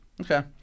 Okay